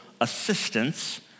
assistance